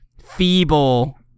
feeble